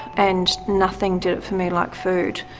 and nothing did it for me like food.